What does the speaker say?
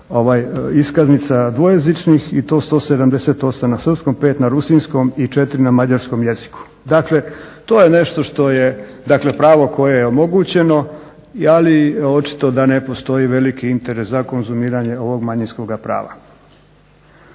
iskaznica dvojezičnih i to 178 na srpskom, 5 na rusinskom i 4 na mađarskom jeziku. Dakle, to je nešto što je dakle pravo koje je omogućeno. Ali očito da ne postoji veliki interes za konzumiranje ovog manjinskoga prava.